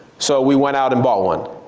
so we went out and bought one.